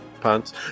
pants